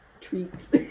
Treats